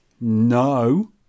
No